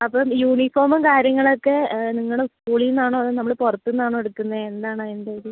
അപ്പം യൂണിഫോമും കാര്യങ്ങളൊക്കെ നിങ്ങൾ സ്കൂളിൽ നിന്നാണോ അതോ നമ്മൾ പുറത്തുനിന്നാണോ എടുക്കുന്നത് എന്താണ് അതിൻ്റ ഒരു